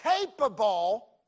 capable